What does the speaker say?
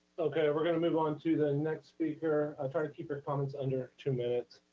okay, we're going to move on to the and next speaker. ah try to keep your comments under two minutes.